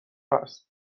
هست